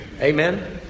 Amen